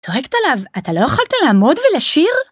‫צועקת עליו, אתה לא יכולת ‫לעמוד ולשיר?